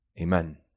Amen